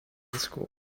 school